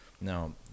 Now